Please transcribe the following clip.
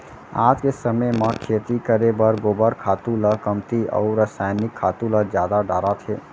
आज के समे म खेती करे बर गोबर खातू ल कमती अउ रसायनिक खातू ल जादा डारत हें